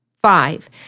Five